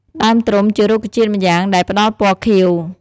ដើមត្រុំជារុក្ខជាតិម្យ៉ាងដែលផ្ដល់ពណ៌ខៀវ។